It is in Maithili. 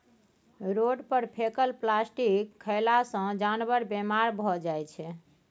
रोड पर फेकल प्लास्टिक खएला सँ जानबर बेमार भए जाइ छै